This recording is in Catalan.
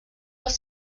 els